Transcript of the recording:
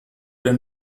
der